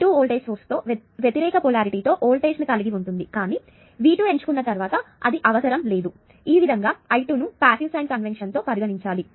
V2 voltage source తో వ్యతిరేక polarity తో వోల్టేజ్ ని కలిగి ఉంటుంది కానీ V2 ఎంచుకున్న తర్వాత అది అవసరం లేదు ఈ విధంగా I2 ను పాసివ్ సైన్ కన్వెన్షన్ తో పరిగణించాలి